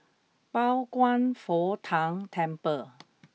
Pao Kwan Foh Tang Temple